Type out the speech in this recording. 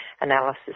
analysis